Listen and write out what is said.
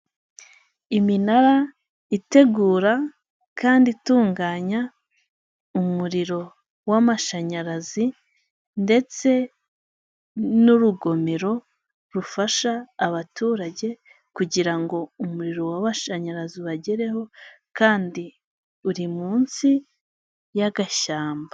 Iminara itegura kandi itunganya umuriro w'amashanyarazi ,ndetse n'urugomero rufasha abaturage, kugirango umuriro w'amashanyarazi ubagereho, kandi uri munsi y'agashyamba.